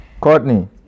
Courtney